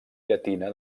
llatina